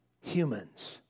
humans